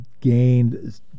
gained